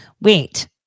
wait